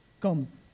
comes